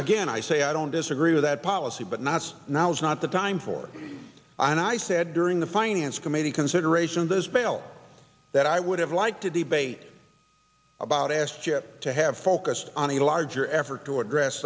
again i say i don't disagree with that policy but not now is not the time for i and i said during the finance committee consideration of those bail that i would have liked a debate about asked chip to have focused on the larger effort to address